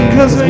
Cause